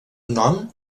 nom